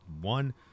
one